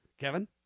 Kevin